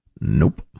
Nope